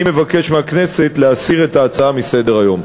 אני מבקש מהכנסת להסיר את ההצעה מסדר-היום.